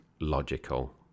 logical